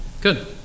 Good